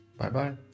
Bye-bye